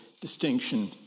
distinction